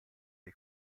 dei